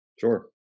Sure